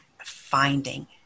finding